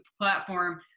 platform